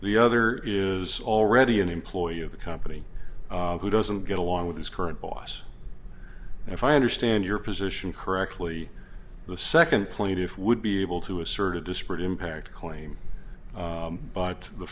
the other is already an employee of the company who doesn't get along with his current boss and if i understand your position correctly the second plaintiff would be able to assert a disparate impact claim but the